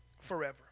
forever